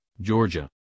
Georgia